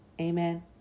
Amen